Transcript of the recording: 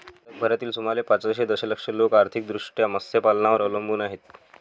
जगभरातील सुमारे पाचशे दशलक्ष लोक आर्थिकदृष्ट्या मत्स्यपालनावर अवलंबून आहेत